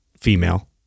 female